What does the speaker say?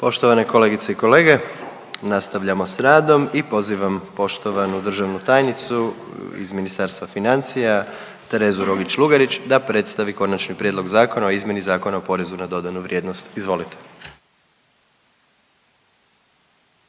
Poštovane kolegice i kolege, nastavljamo sa radom i pozivam poštovanu državnu tajnicu iz Ministarstva financija Terezu Rogić Lugarić da predstavi Konačni prijedlog zakona o izmjeni Zakona o porezu na dodanu vrijednost. Izvolite.